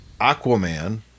Aquaman